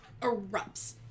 erupts